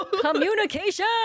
Communication